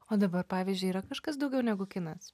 o dabar pavyzdžiui yra kažkas daugiau negu kinas